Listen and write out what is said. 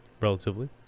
relatively